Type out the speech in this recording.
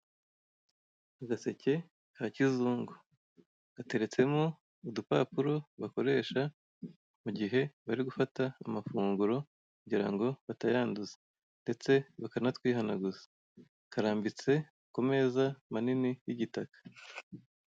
Agaseke ka kizungu gateretsemo udupapuro bakoresha mu gihe bari gufata amafunguro kugira ngo batayanduza, ndetse bakanatwihanaguza. Karambitse ku meza manini y'igitaka.